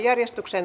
asia